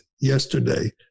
yesterday